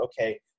okay